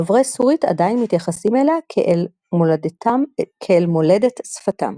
דוברי-סורית עדיין מתייחסים אליה כאל מולדת שפתם.